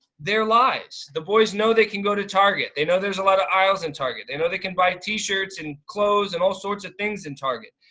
their lives. the boys know they can go to target. they know there's a lot of aisles in target, they know they can buy t shirts and clothes and all sorts of things in target.